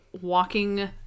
walking